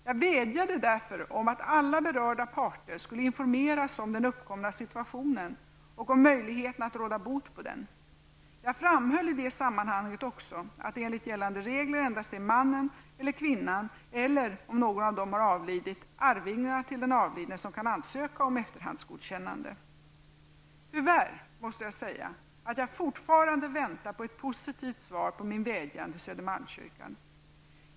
Jag vädjade därför om att alla berörda parter skulle informeras om den uppkomna situationen och om möjligheterna att råda bot på den. Jag framhöll i det sammanhanget också att det enligt gällande regler endast är mannen eller kvinnan, eller, om någon av dem har avlidit, arvingarna till den avlidne som kan ansöka om efterhandsgodkännande. Tyvärr måste jag säga att jag fortfarande väntar på ett positivt svar på min vädjan till Södermalmskyrkan.